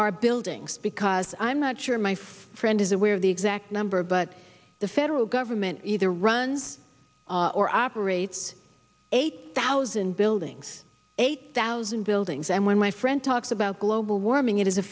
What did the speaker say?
our buildings because i'm not sure my friend is aware of the exact number but the federal government either runs or operates eight thousand buildings eight thousand buildings and when my friend talks about global warming it is a